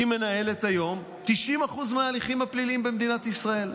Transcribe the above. היא מנהלת היום 90% מההליכים הפליליים במדינת ישראל.